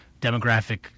demographic